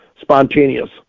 spontaneous